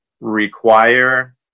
require